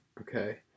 Okay